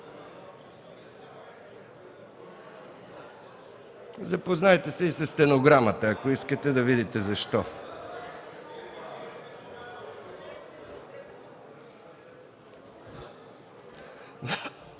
Запознайте се и със стенограмата, ако искате да видите защо.